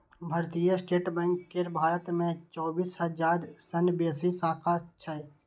भारतीय state bank केर भारत मे चौबीस हजार सं बेसी शाखा छै